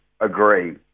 agree